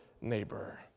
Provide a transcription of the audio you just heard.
neighbor